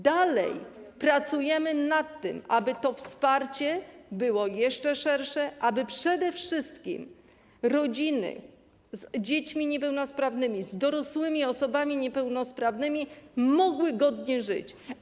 Dalej pracujemy nad tym, aby to wsparcie było jeszcze szersze, aby przede wszystkim rodziny z dziećmi niepełnosprawnymi, z dorosłymi osobami niepełnosprawnymi mogły godnie żyć.